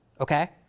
okay